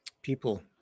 People